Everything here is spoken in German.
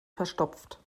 verstopft